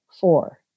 Four